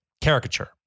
caricature